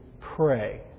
pray